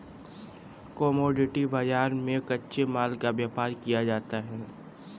commodity बाजार में कच्चे माल का व्यापार किया जाता है